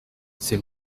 c’est